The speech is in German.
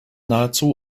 nahezu